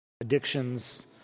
addictions